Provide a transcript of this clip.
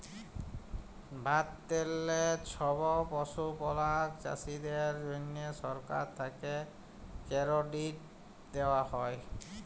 ভারতেললে ছব পশুপালক চাষীদের জ্যনহে সরকার থ্যাকে কেরডিট দেওয়া হ্যয়